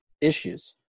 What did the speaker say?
issues